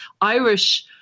Irish